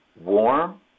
warm